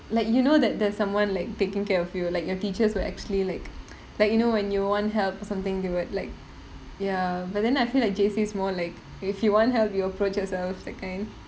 like you know that there's someone like taking care of you like your teachers will actually like like you know when you want help or something they would like ya but then I feel like J_C is more like if you want help you approach yourself that kind